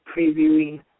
previewing